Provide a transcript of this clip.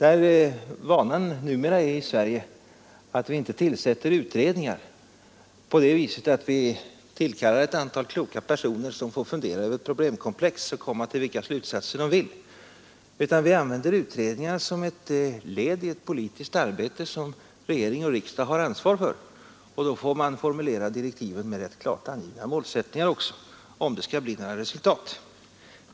I Sverige har vi vant oss vid att inte tillsätta utredningar så, att vi tillkallar ett antal kloka personer som får fundera över ett problemkomplex och komma fram till vilka slutsatser de vill. I stället använder vi utredningarna som ett led i ett politiskt arbete som regeringen och riksdagen har ansvar för. Och då får man också formulera direktiven med ttningar, om det skall bli några resultat. I de tiv för ut ganska klart angivna målsä andra nordiska länderna är man sparsammare med att ge dir redningar.